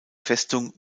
festung